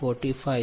56 j 0